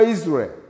Israel